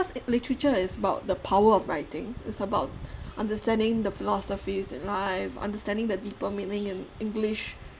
literature is about the power of writing it's about understanding the philosophies in life understanding the deeper meaning in english